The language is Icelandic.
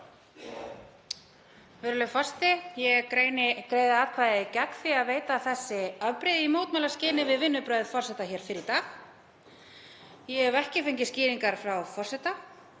Virðulegur forseti. Ég greiði atkvæði gegn því að veita þessi afbrigði í mótmælaskyni við vinnubrögð forseta hér fyrr í dag. Ég hef ekki fengið skýringar frá forseta,